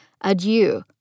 Adieu